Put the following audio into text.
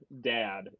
dad